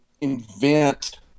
invent